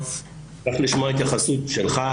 אשמח לשמוע התייחסות שלך,